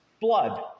blood